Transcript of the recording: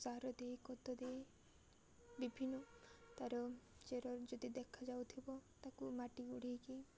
ସାର ଦେଇ ଖତ ଦେଇ ବିଭିନ୍ନ ତାର ଚେର ଯଦି ଦେଖାା ଯାଉଥିବ ତାକୁ ମାଟି ଘୋଡ଼େଇକି